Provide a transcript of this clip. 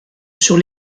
sur